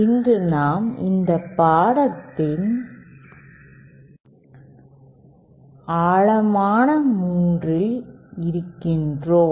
இன்று நாம் இந்த பாடத்தின் ஆழமான மூன்றில் இருக்கிறோம்